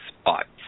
spots